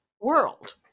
world